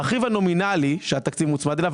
הרכיב הנומינלי שהתקציב מוצמד אליו,